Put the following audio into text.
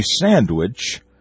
sandwich